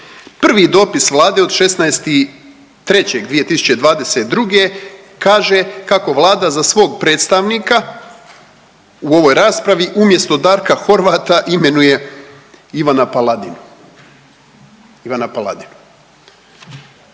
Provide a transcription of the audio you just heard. Prvi dopis Vlade od 16.3.2022. kaže kako Vlada za svog predstavnika u ovoj raspravi umjesto Darka Horvata imenuje Ivana Paladinu,